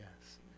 yes